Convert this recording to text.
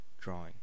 drawing